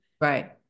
Right